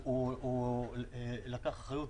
הוא לקח אחריות,